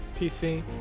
PC